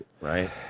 right